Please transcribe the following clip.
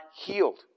healed